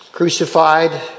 crucified